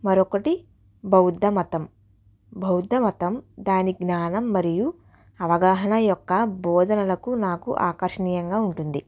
మరొకటి బౌద్ధ మతం బౌద్ధ మతం దాని జ్ఞానం మరియు అవగాహన యొక్క బోధనలకు నాకు ఆకర్షణీయంగా ఉంటుంది